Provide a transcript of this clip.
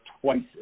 twice